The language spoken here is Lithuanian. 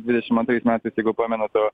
dvidešimt antrais metais jeigu pamenate